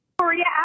Maria